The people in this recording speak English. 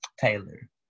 Taylor